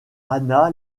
anna